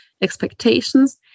expectations